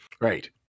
Right